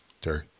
Terry